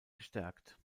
gestärkt